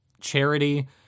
charity